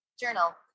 journal